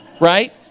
right